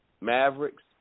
Mavericks